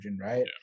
right